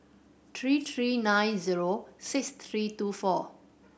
three three nine zero six three two four